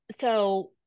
so-